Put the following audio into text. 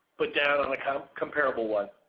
but down on a kind of comparable one.